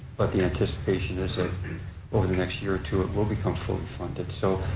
but the anticipation is that over the next year or two it will become fully funded. so,